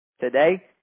today